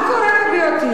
מה קורה ב-BOT?